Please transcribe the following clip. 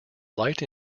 light